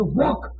walk